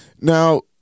now